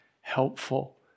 helpful